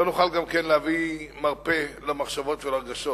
לא נוכל גם להביא מרפא למחשבות ולרגשות.